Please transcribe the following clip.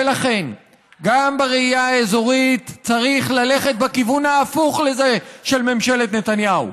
ולכן גם בראייה האזורית צריך ללכת בכיוון ההפוך לזה של ממשלת נתניהו.